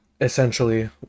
Essentially